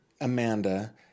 Amanda